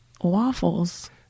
Waffles